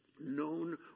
known